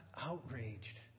outraged